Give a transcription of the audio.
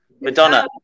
Madonna